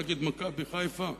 נגיד "מכבי חיפה",